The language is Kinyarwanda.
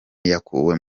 yakuwe